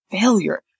failure